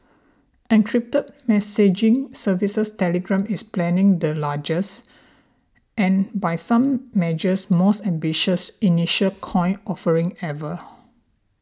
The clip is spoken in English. encrypted messaging services Telegram is planning the largest and by some measures most ambitious initial coin offering ever